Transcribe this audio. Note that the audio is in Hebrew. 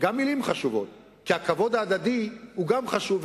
גם מלים חשובות, כי הכבוד ההדדי הוא גם חשוב.